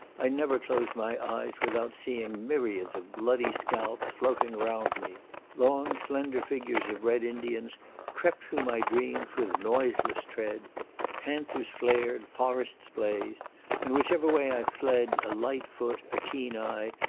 i never closed my eyes without seeing myriads of bloody scalps floating round me long slender figures of red indians crept through my dreams with noiseless tread panthers flared forests blazed and which ever way i fled, a light foot, a keen eye,